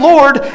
Lord